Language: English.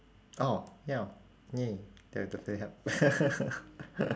oh ya !yay! that would definitely help